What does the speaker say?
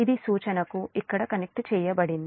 ఇది సూచనకు ఇక్కడ కనెక్ట్ చేయబడింది